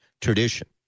tradition